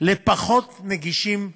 נגישים לצעירים.